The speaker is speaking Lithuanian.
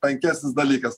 tankesnis dalykas